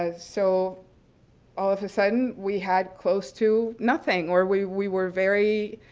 ah so all of a sudden we had close to nothing, or we we were very